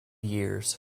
years